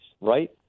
right